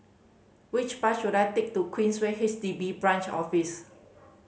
which bus should I take to Queensway H D B Branch Office